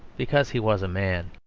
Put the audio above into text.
because he was a man.